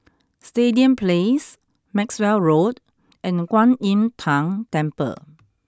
Stadium Place Maxwell Road and Kuan Im Tng Temple